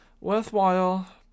worthwhile